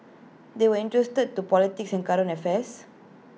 they were interested to politics and current affairs